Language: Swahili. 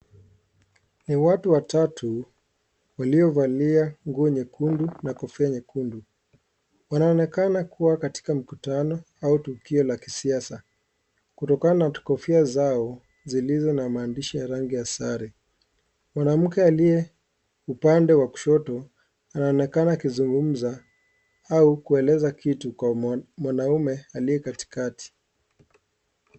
Ni watu watatu waliovalia nguo nyekundu na kofia nyekundu wanaonekana kuwa katika mkutano au tukio la kisiasa kutokana na kofia zao zilizo na maandishi ya rangi ya sare. Mwanamke aliye upande wa kushoto anaonekana akizungumza au kueleza kitu kwa mwanaume aliye katikati.